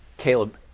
caleb,